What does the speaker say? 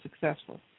successful